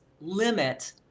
limit